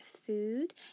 food